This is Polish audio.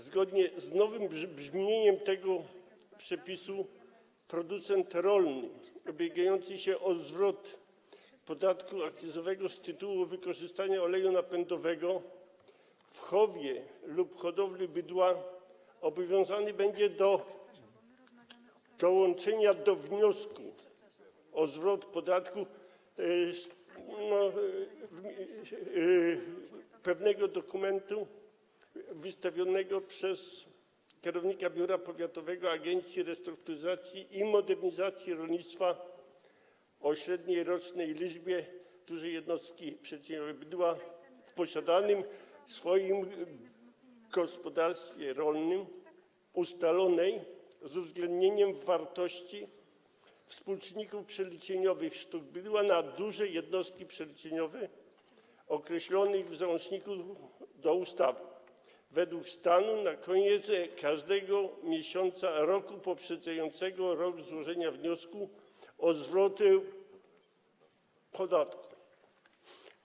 Zgodnie z nowym brzmieniem tego przepisu producent rolny ubiegający się o zwrot podatku akcyzowego z tytułu wykorzystania oleju napędowego w chowie lub hodowli bydła obowiązany będzie do dołączenia do wniosku o zwrot podatku pewnego dokumentu wystawionego przez kierownika biura powiatowego Agencji Restrukturyzacji i Modernizacji Rolnictwa o średniej rocznej liczbie dużych jednostek przeliczeniowych bydła w posiadanym gospodarstwie rolnym ustalonej z uwzględnieniem wartości współczynników przeliczeniowych sztuk bydła na duże jednostki przeliczeniowe, określonych w załączniku do ustawy, według stanu na koniec każdego miesiąca roku poprzedzającego rok złożenia wniosku o zwrot podatku.